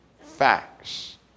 facts